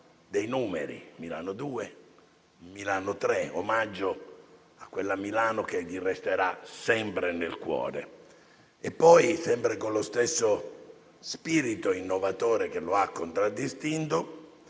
dei numeri (Milano 2, Milano 3), come omaggio a quella Milano che gli resterà sempre nel cuore. Poi, sempre con lo stesso spirito innovatore che lo ha contraddistinto,